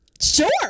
sure